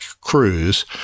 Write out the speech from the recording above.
cruise